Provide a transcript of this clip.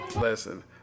Listen